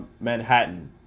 Manhattan